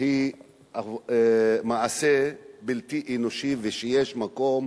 היא מעשה בלתי אנושי שיש מקום